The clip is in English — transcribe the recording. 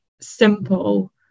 simple